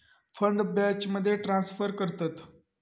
fund बॅचमध्ये transfer करतत